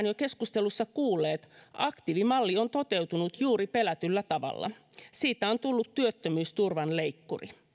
jo tänään keskustelussa kuulleet aktiivimalli on toteutunut juuri pelätyllä tavalla siitä on tullut työttömyysturvan leikkuri